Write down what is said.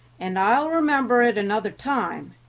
and i'll remember it another time,